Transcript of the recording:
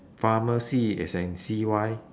pharmacy as in C Y